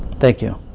thank you.